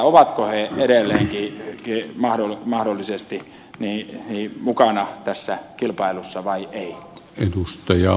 ovatko ne edelleenkin mahdollisesti mukana tässä kilpailussa vai eivät